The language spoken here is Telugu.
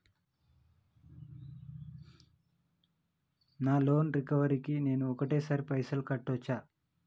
నా లోన్ రికవరీ కి నేను ఒకటేసరి పైసల్ కట్టొచ్చా?